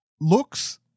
looks